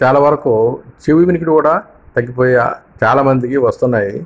చాలావరకు చెవి వినికిడి కూడా తగ్గిపోయే చాలామందికి వస్తున్నాయి